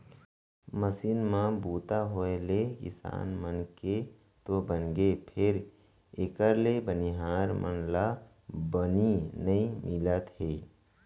machine म बूता होय ले किसान मन के तो बनगे फेर एकर ले बनिहार मन ला बनी नइ मिलत हे